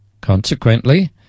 Consequently